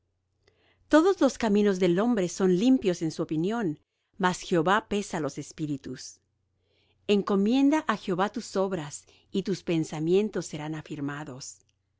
todos los caminos del hombre son limpios en su opinión mas jehová pesa los espíritus encomienda á jehová tus obras y tus pensamientos serán afirmados